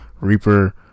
Reaper